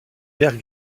vert